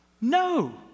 No